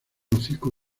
hocico